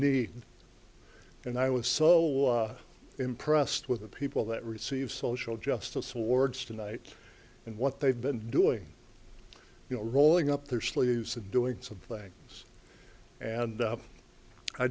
need and i was so impressed with the people that receive social justice awards tonight and what they've been doing you know rolling up their sleeves and doing some things and